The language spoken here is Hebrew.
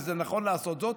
וזה נכון לעשות זאת,